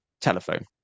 telephone